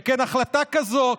שכן החלטה כזאת,